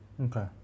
Okay